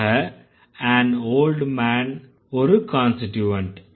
ஆக an old man ஒரு constituent